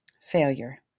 failure